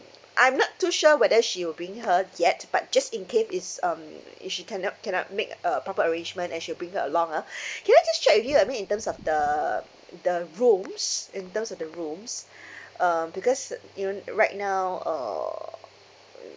I'm not too sure whether she would bring her yet but just in case it's um if she cannot cannot make a proper arrangement and she'll bring her along ah can I just check with you I mean in terms of the the rooms in terms of the rooms um because uh even right now uh uh